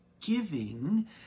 giving